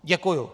Děkuju.